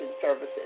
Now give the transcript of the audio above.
services